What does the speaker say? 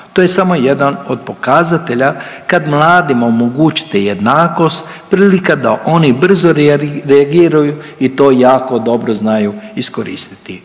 To je samo jedan od pokazatelja kad mladima omogućite jednakost, prilika da oni brzo reagiraju i to jako dobro znaju iskoristiti.